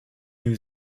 new